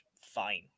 Fine